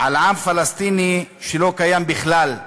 על עם פלסטיני שלא קיים בכלל.